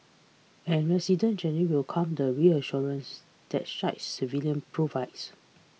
and residents generally welcome the reassurance that shy surveillance provides